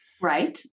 Right